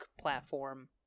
platform